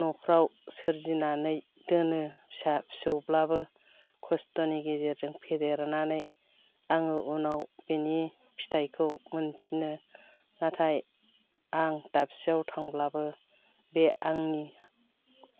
न'फ्राव सोरजिनानै दोनो फिसा फिसौब्लाबो खस्थ'नि गेजेरजों फेदेरनानै आङो उनाव बिनि फिथाइखौ मोनफिनो नाथाय आं दाफियाव थांब्लाबो बे आंनि